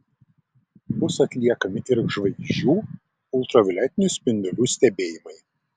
bus atliekami ir žvaigždžių ultravioletinių spindulių stebėjimai